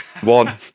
One